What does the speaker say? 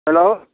hello